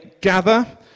gather